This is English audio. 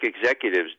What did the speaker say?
executives